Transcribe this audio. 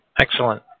Excellent